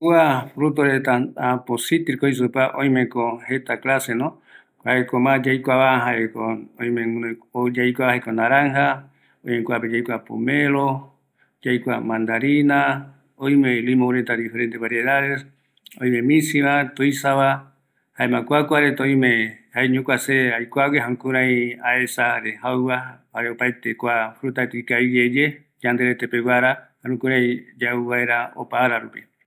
Kua citrico reta öimeko jeta yaikuava, öime, naranja, limon, lima, mandarina lima, pomelo, kuareta ikaviyeye yau vaera, jare ombörɨ vaera yanderete